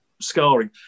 scarring